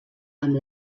amb